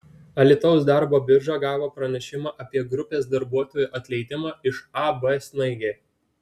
alytaus darbo birža gavo pranešimą apie grupės darbuotojų atleidimą iš ab snaigė